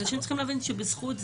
אנשים צריכים להבין שבזכות זה,